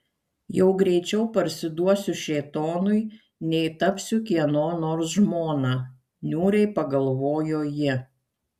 jau greičiau parsiduosiu šėtonui nei tapsiu kieno nors žmona niūriai pagalvojo ji